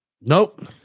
Nope